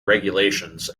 regulations